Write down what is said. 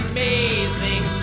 Amazing